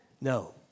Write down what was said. No